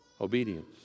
obedience